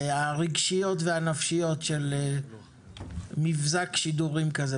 ההשפעות הרגשיות והנפשיות של מבזק שידורים כזה.